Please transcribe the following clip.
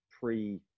pre